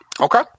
Okay